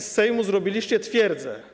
Z Sejmu zrobiliście twierdzę.